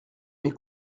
mes